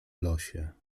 losie